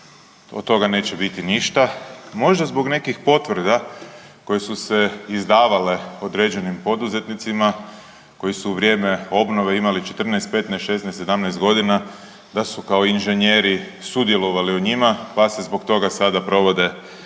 od toga neće biti ništa možda zbog nekih potvrda koje su se izdavale određenim poduzetnicima koji su u vrijeme obnove imali 14, 15, 16, 17 godina da su kao inženjeri sudjelovali u njima, pa se zbog toga sada provode kazneni